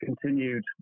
Continued